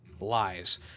lies